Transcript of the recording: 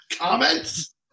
comments